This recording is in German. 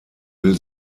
will